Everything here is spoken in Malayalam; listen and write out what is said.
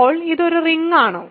ഇപ്പോൾ ഇത് ഒരു റിങ്ങാണോ